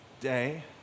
day